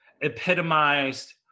epitomized